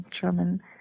German